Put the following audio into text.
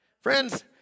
Friends